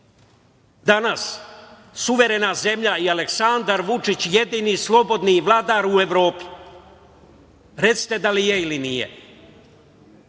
danas suverena zemlja i Aleksandar Vučić jedini slobodni vladar u Evropi. Recite da li je ili nije?